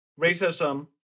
racism